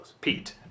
Pete